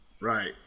Right